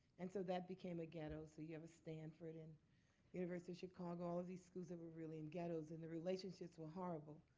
and so that became a ghetto. so you have stanford and university chicago, all of these schools that were really in ghettos. and the relationships were horrible.